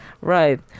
Right